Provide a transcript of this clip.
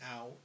out